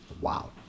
wow